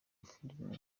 filime